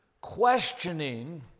questioning